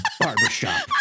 barbershop